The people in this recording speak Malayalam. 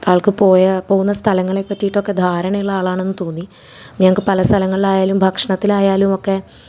ആള്ക്ക് പോയ പോകുന്ന സ്ഥലങ്ങളെ പറ്റീട്ടൊക്കെ ധാരണ ഉള്ള ആളാണെന്ന് തോന്നി ഞങ്ങൾക്ക് പല സ്ഥലങ്ങൾലായാലും ഭക്ഷണത്തിലായാലും ഒക്കെ